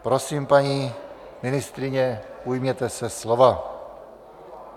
Prosím, paní ministryně, ujměte se slova.